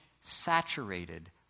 saturated